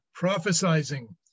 prophesizing